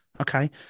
Okay